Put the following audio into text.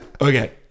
Okay